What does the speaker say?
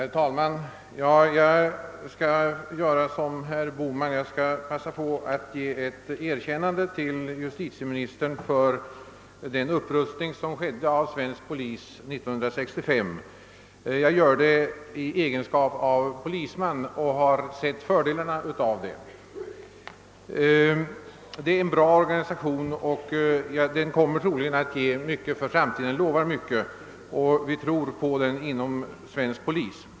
Herr talman! Jag skall göra som herr Bohman, nämligen passa på att ge ett erkännande till justitieministern för den upprustning av svensk polis som skedde 1965. Jag gör det i egenskap av polisman, ty jag har sett fördelarna av den. Det är en bra organisation; den lovar mycket för framtiden, och vi tror på den inom svensk polis.